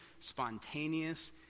spontaneous